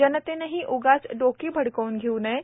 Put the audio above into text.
जनतेनंही उगाच डोकी भडकवून घेवू नये